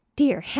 dear